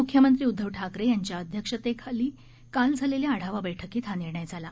म्ख्यमंत्री उद्धव ठाकरे यांच्या अध्यक्षतेखाली काल झालेल्या आढावा बैठकीत हा निर्णय झाला